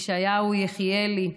ישעיהו יחיאלי.